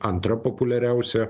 antra populiariausia